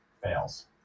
fails